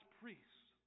priests